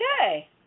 Okay